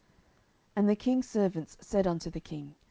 and the king's servants said unto the king,